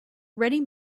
ready